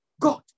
god